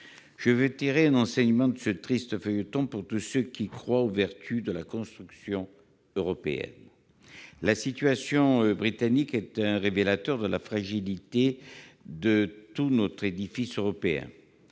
Je veux tirer un enseignement de ce triste feuilleton pour tous ceux qui croient aux vertus de la construction européenne. La situation britannique est un révélateur de la fragilité de tout notre édifice européen.